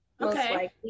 okay